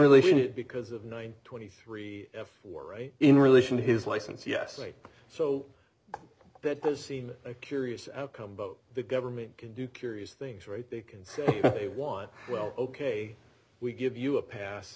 relation to it because of nine twenty three for right in relation to his license yes so that has seen a curious outcome but the government can do curious things right they can say they want well ok we give you a pass